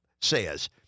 says